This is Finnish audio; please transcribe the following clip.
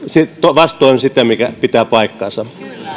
vastoin sitä mikä pitää paikkansa